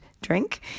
drink